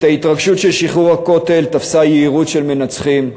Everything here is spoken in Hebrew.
את ההתרגשות של שחרור הכותל תפסה יהירות של מנצחים,